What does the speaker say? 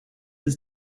ist